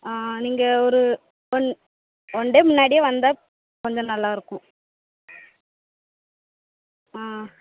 நீங்கள் ஒரு one one day முன்னாடியே வந்தால் கொஞ்சம் நல்லாயிருக்கும் ஆ